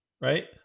right